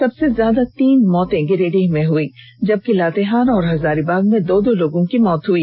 सबसे ज्यादा तीन मौतें गिरिडीह में हुई जबकि लातेहार और हजारीबाग में दो दो लोगों की मौत हुई